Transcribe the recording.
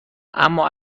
اما